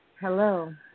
Hello